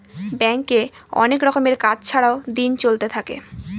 ব্যাঙ্কে অনেক রকমের কাজ ছাড়াও দিন চলতে থাকে